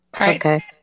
Okay